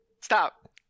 Stop